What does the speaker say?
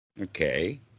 okay